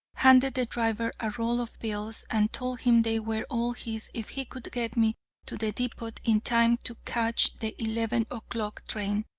handed the driver a roll of bills, and told him they were all his if he could get me to the depot in time to catch the eleven o'clock train.